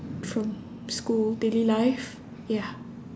from school daily life ya